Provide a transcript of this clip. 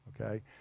Okay